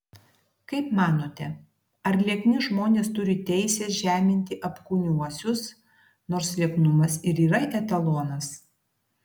kaip manote ar liekni žmonės turi teisę žeminti apkūniuosius nors lieknumas ir yra etalonas